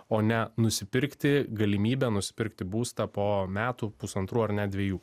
o ne nusipirkti galimybę nusipirkti būstą po metų pusantrų ar net dvejų